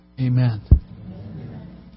Amen